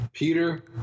Peter